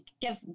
Give